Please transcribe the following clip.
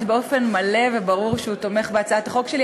באופן מלא וברור שהוא תומך בהצעת החוק שלי.